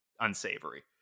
unsavory